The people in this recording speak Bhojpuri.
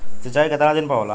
सिंचाई केतना दिन पर होला?